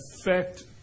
affect